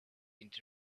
into